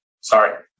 sorry